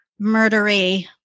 murdery